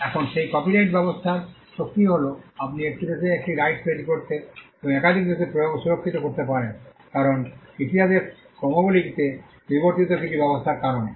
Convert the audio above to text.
এখন সেই কপিরাইট ব্যবস্থার শক্তি হল আপনি এক দেশে একটি রাইটস তৈরি করতে এবং একাধিক দেশে প্রয়োগ ও সুরক্ষিত রাখতে পারেন কারণ ইতিহাসের ক্রমগুলিতে বিবর্তিত কিছু ব্যবস্থার কারণে